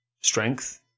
strength